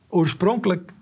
oorspronkelijk